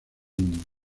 mundo